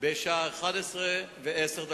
בשעה 11:10,